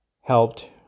helped